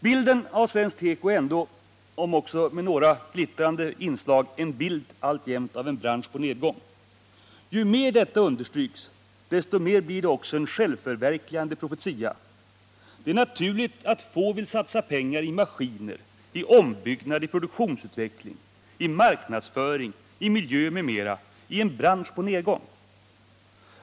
Bilden av svensk teko är ändå — om också med några glittrande inslag — alltjämt en bild av en bransch på nedgång. Ju mer detta understryks, desto mer blir det också en självförverkligande profetia. Det är naturligt att få vill satsa pengar i maskiner, ombyggnad, produktionsutveckling, marknadsföring, miljö m.m. i en bransch på nedgång.